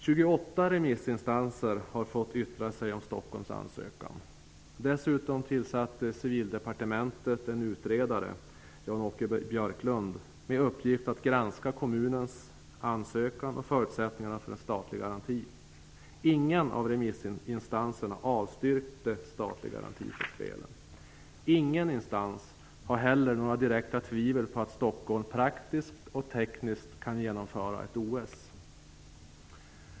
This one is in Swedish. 28 remissinstanser har fått yttra sig om Stockholms ansökan. Dessutom tillsatte Civildepartementet en utredare, Jan-Åke Björklund, med uppgift att granska kommunens ansökan och förutsättningarna för en statlig garanti. Ingen av remissinstanserna avstyrkte statlig garanti för spelen. Ingen instans har heller några direkta tvivel på att Stockholm praktiskt och tekniskt kan genomföra ett OS.